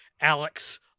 Alex